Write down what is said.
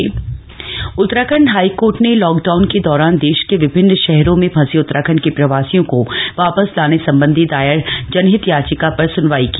high court Uttarakhand high court ने lockdown के दौरान देश के विभिन्न शहरों में फंसे उत्तराखंड के प्रवासियों को वापस लाने संबंधी दायर जनहित याचिका पर स्नवाई की